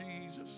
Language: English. Jesus